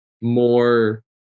more